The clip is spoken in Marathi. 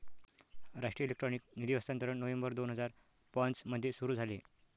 राष्ट्रीय इलेक्ट्रॉनिक निधी हस्तांतरण नोव्हेंबर दोन हजार पाँच मध्ये सुरू झाले